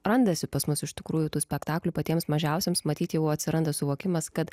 randasi pas mus iš tikrųjų tų spektaklių patiems mažiausiems matyt jau atsiranda suvokimas kad